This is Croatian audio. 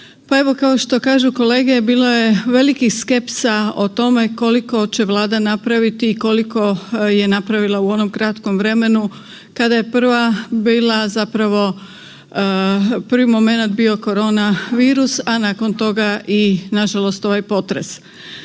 pa evo kao što kažu kolege bilo je velikih skepsa o tome koliko će Vlada napraviti i koliko je napravila u onom kratkom vremenu kada je prva bila zapravo, prvi momenat bio korona virus, a nakon toga i nažalost i ovaj potres.